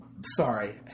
sorry